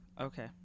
Okay